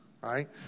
right